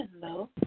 Hello